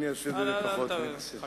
אני אעשה את זה בפחות מעשר.